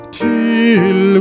till